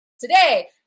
Today